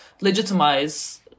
legitimize